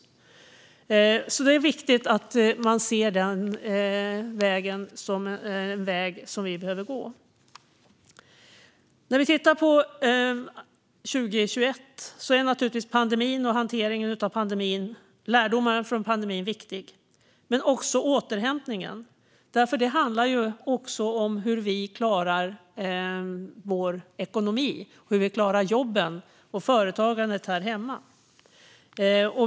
Det är alltså viktigt att man ser den vägen som en väg som vi behöver gå. När vi tittar på 2021 är det naturligtvis viktigt med pandemin, hanteringen av pandemin och lärdomarna av pandemin. Men det är också viktigt med återhämtningen, för det handlar om hur vi klarar vår ekonomi och hur vi klarar jobben och företagandet här hemma.